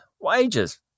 wages